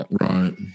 Right